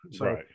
Right